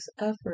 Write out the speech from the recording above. effort